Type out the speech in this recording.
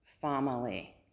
family